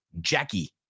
Jackie